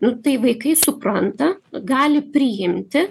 nu tai vaikai supranta gali priimti